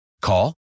Call